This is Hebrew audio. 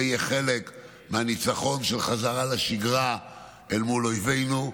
זה יהיה חלק מהניצחון של חזרה לשגרה אל מול אויבינו.